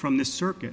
from the circuit